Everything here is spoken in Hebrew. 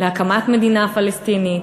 להקמת מדינה פלסטינית,